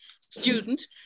student